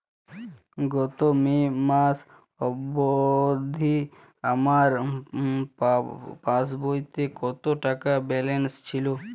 গত মে মাস অবধি আমার পাসবইতে কত টাকা ব্যালেন্স ছিল?